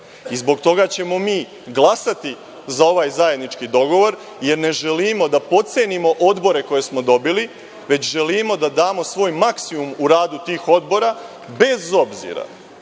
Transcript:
Zbog toga ćemo mi glasati za ovaj zajednički dogovor, jer ne želimo da potcenimo odbore koje smo dobili, već želimo da damo svoj maksimum u radu tih odbora, bez obzira